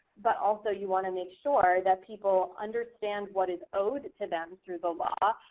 but also you want to make sure that people understand what is owed to them through the law,